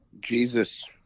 Jesus